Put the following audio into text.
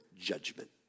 judgment